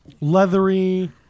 leathery